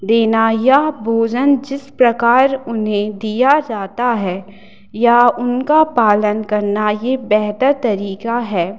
देना या भोजन जिस प्रकार उन्हें दिया जाता है या उनका पालन करना यह बेहतर तरीका है